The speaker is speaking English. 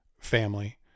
family